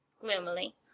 gloomily